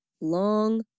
long